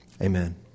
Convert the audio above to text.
Amen